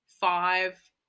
five